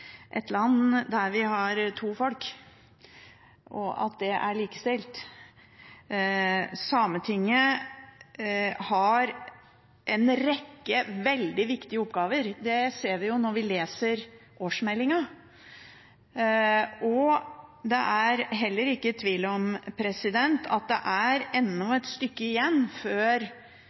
et land der vi har to folk, og at de er likestilt. Sametinget har en rekke veldig viktige oppgaver, det ser vi når vi leser årsmeldingen. Det er heller ikke tvil om at det er